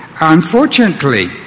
unfortunately